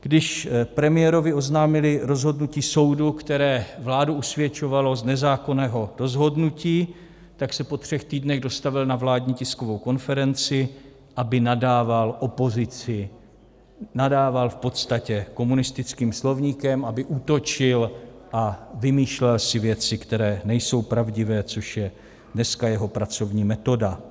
Když premiérovi oznámili rozhodnutí soudu, které vládu usvědčovalo z nezákonného rozhodnutí, tak se po třech týdnech dostavil na vládní tiskovou konferenci, aby nadával opozici, nadával v podstatě komunistickým slovníkem, aby útočil a vymýšlel si věci, které nejsou pravdivé, což je dneska jeho pracovní metoda.